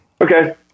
Okay